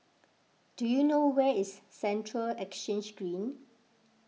do you know where is Central Exchange Green